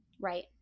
Right